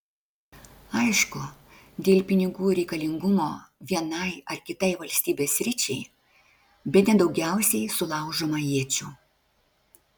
aišku dėl pinigų reikalingumo vienai ar kitai valstybės sričiai bene daugiausiai sulaužoma iečių